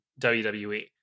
WWE